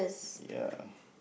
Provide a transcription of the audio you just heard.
ya